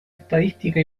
estadística